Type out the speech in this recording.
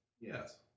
Yes